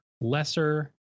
lesser